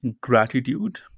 gratitude